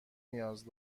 نیاز